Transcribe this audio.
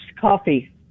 coffee